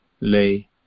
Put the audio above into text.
lay